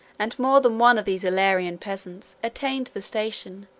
and more than one of these illyrian peasants attained the station,